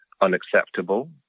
unacceptable